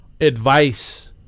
advice